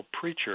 preacher